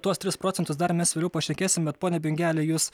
tuos tris procentus dar mes vėliau pašnekėsime bet pone bingeli jūs